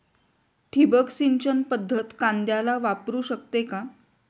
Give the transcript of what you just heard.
ठिबक सिंचन पद्धत कांद्याला वापरू शकते का?